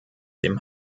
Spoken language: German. dem